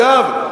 אגב,